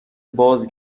باز